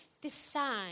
decide